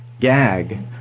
gag